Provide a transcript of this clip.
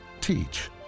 teach